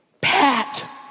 Pat